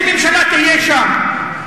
איזה ממשלה תהיה שם?